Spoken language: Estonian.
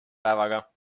päevaga